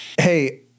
hey